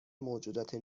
موجودات